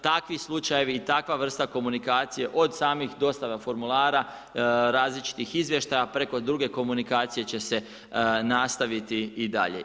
Takvi slučajevi i takva vrsta komunikacije od samih dostava formulara, različitih izvještaja, preko druge komunikacije će se nastaviti i dalje.